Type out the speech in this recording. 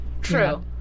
True